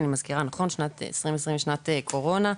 אני מזכירה, שנת 2020 היא שנת קורונה.